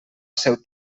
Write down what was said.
seu